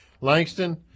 Langston